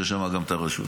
שיש שם גם את הרשות.